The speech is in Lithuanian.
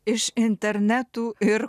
iš internetu ir